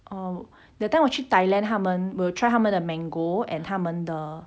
oh that time 我去 thailand 他们我有 try 他们的 mango and 他们的